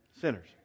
Sinners